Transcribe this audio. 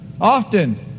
often